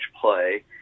play